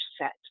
set